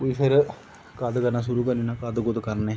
ते फिर एह् कद करना शुरू करी ओड़ने आं कद कुद करना शुरू करी ओड़ने